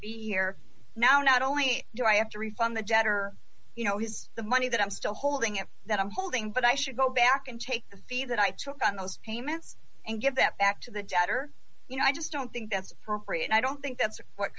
be here now not only do i have to refund the debtor you know he's the money that i'm still holding at that i'm holding but i should go back and take the fee that i took on those payments and give that back to the debtor you know i just don't think that's appropriate and i don't think that's what